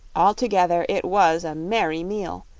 altogether it was a merry meal,